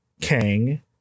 Kang